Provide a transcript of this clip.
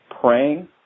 Praying